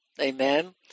Amen